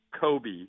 Kobe